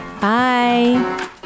Bye